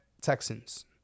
Texans